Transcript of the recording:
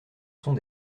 sont